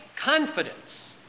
confidence